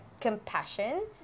compassion